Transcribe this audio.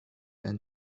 and